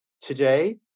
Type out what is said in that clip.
today